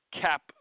cap